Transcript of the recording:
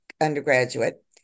undergraduate